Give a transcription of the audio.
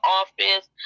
office